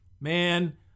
man